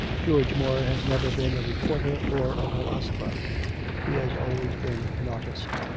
george moore has never been a reporter or a philosopher he has always been an artist.